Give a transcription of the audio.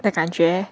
的感觉